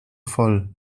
voll